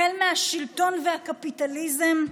החל מהשלטון והקפיטליזם,